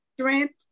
strength